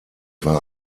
war